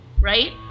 right